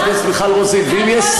סליחה, באמת?